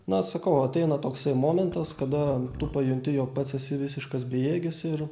na sakau ateina toksai momentas kada tu pajunti jog pats esi visiškas bejėgis ir